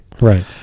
Right